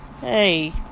Hey